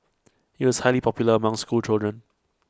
IT was highly popular among schoolchildren